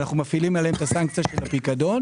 ואנו מפעילים עליהם את סנקציית הפיקדון,